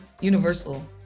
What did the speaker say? universal